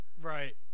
Right